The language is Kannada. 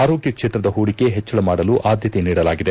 ಆರೋಗ್ಯ ಕ್ಷೇತ್ರದ ಹೂಡಿಕೆ ಹೆಚ್ಚಳ ಮಾಡಲು ಆದ್ಯತೆ ನೀಡಲಾಗಿದೆ